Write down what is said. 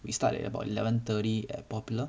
we start at about eleven thirty at Popular